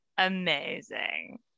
amazing